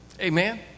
Amen